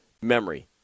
memory